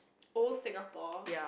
oh Singapore